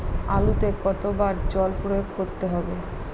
আলুতে কতো বার জল প্রয়োগ করতে হবে?